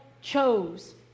chose